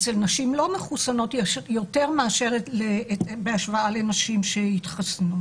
אצל נשים לא מחוסנות יש יותר בהשוואה לנשים שהתחסנו.